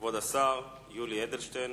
כבוד השר יולי אדלשטיין,